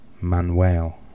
Manuel